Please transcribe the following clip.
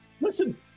Listen